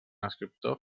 escriptor